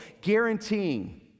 guaranteeing